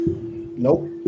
Nope